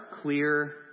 clear